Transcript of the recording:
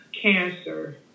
cancer